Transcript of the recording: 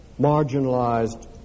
marginalized